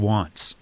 Wants